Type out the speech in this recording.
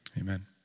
Amen